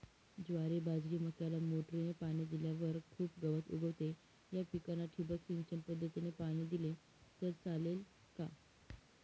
ज्वारी, बाजरी, मक्याला मोटरीने पाणी दिल्यावर खूप गवत उगवते, या पिकांना ठिबक सिंचन पद्धतीने पाणी दिले तर चालेल का?